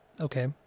Okay